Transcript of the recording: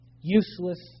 useless